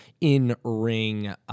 in-ring